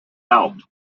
out